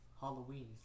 Halloween